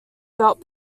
belt